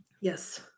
Yes